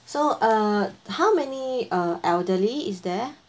so uh how many uh elderly is there